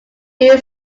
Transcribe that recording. lee